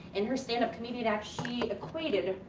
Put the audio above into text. in her standup comedian act she equated,